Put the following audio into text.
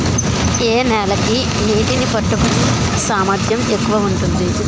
ఏ నేల కి నీటినీ పట్టుకునే సామర్థ్యం ఎక్కువ ఉంటుంది?